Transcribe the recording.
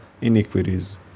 iniquities